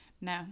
No